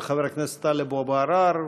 של חבר הכנסת טלב אבו עראר,